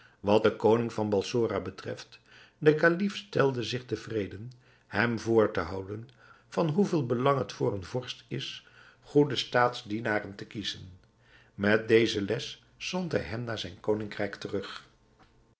wat de koning van balsora betreft de kalif stelde zich tevreden hem voor te houden van hoeveel belang het voor een vorst is goede staatsdienaren te kiezen met deze les zond hij hem naar zijn koningrijk terug